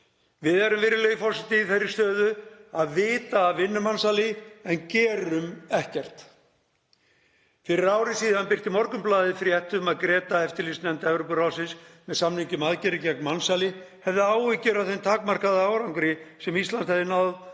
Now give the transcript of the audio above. Við erum, virðulegur forseti, í þeirri stöðu að vita af vinnumansali en gerum ekkert. Fyrir ári síðan birti Morgunblaðið frétt um að GRETA, eftirlitsnefnd Evrópuráðsins með samningi um aðgerðir gegn mansali, hefði áhyggjur af þeim takmarkaða árangri sem Ísland hefði náð